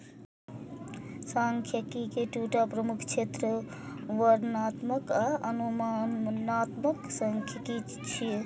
सांख्यिकी के दूटा प्रमुख क्षेत्र वर्णनात्मक आ अनुमानात्मक सांख्यिकी छियै